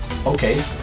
Okay